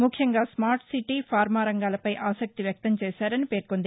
ముఖ్యంగా smart city pharma రంగాలపై ఆసక్తి వ్యక్తం చేశారని పేర్కొంది